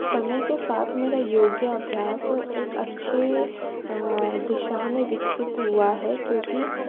समय के साथ मेरा योग अभ्यास एक अच्छे दिशा में विकसित हुआ है क्योंकि